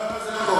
לא לא, זה לא קורה.